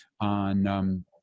on